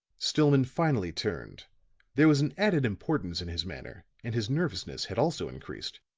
stillman finally turned there was an added importance in his manner, and his nervousness had also increased.